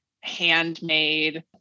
handmade